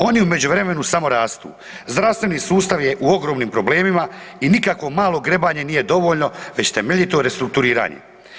Oni u međuvremenu samo rastu, zdravstveni sustav je u ogromnim problemima i nikakvo malo grebanje nije dovoljno već temeljito restrukturiranje.